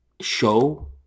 show